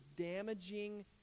damaging